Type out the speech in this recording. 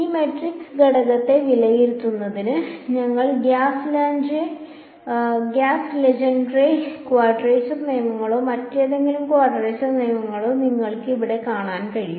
ഈ മാട്രിക്സ് ഘടകത്തെ വിലയിരുത്തുന്നതിന് നിങ്ങളുടെ ഗാസ് ലെജൻഡ്രെ ക്വാഡ്രേച്ചർ നിയമങ്ങളോ മറ്റേതെങ്കിലും ക്വാഡ്രേച്ചർ നിയമങ്ങളോ നിങ്ങൾക്ക് ഇവിടെ കാണാൻ കഴിയും